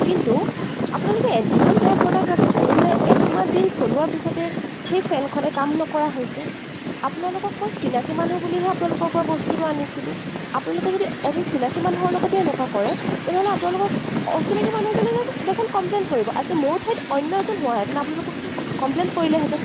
কিন্তু আপোনালোকে ইমান বেয়া প্ৰডাক্ট ৰাখিছেনে যে এক মাহ দিন চলোৱাৰ পিছতে সেই ফেনখনে কাম নকৰা হৈছে আপোনালোকক মই চিনাকী মানুহ বুলিহে আপোনালোকৰ পৰা বস্তুটো আনিছিলো আপোনালোকে যদি এজন চিনাকী মানুহৰ লগতে এনেকুৱা কৰে তেনেহ'লে আপোনালোকক অচিনাকী মানুহ এজনে দেখোন কমপ্লেইন কৰিব আজি মোৰ ঠাইত অন্য এজন হোৱাহেঁতেন আপোনালোককতো কমপ্লেইন কৰিলেহেঁতেন